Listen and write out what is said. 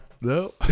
No